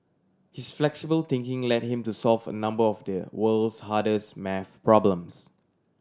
his flexible thinking led him to solve a number of the world's hardest maths problems